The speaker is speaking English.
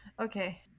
okay